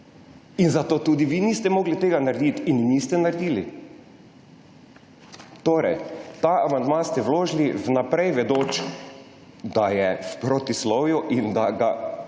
In zato tudi vi niste mogli tega narediti in niste naredili. Ta amandma ste vložili vnaprej vedoč, da je v protislovju in da ga ne